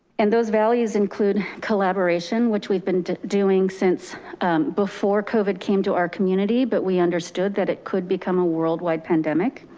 and those values include collaboration, which we've been doing before covid came to our community, but we understood that it could become a worldwide pandemic,